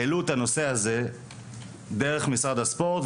העלו את הנושא הזה דרך משרד הספורט,